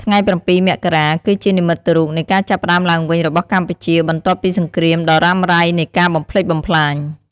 ថ្ងៃ៧ មករា គឺជានិមិត្តរូបនៃការចាប់ផ្តើមឡើងវិញរបស់កម្ពុជា បន្ទាប់ពីសង្គ្រាមដ៏រ៉ាំរ៉ៃនិងការបំផ្លិចបំផ្លាញ។